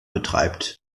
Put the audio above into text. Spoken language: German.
betreibt